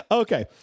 Okay